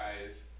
guys